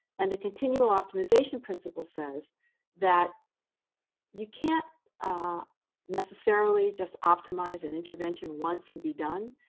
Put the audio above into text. and the continual optimization principle says that you can't necessarily just optimize an intervention once and be done.